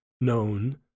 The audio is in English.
known